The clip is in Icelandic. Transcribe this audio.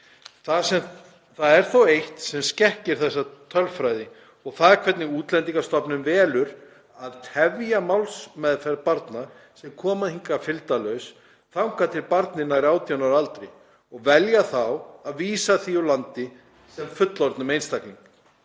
Það er þó eitt sem skekkir þessa tölfræði og það er hvernig Útlendingastofnun velur að tefja málsmeðferð barna sem koma hingað fylgdarlaus þangað til barnið nær 18 ára aldri og velja þá að vísa því úr landi sem fullorðnum einstaklingum.